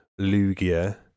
Lugia